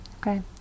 Okay